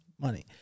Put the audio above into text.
money